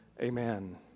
amen